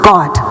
God